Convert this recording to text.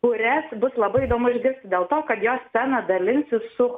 kurias bus labai įdomu išgirsti dėl to kad jos scena dalinsis su